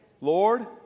Lord